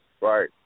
Right